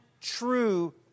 true